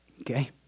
Okay